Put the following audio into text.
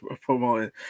promoting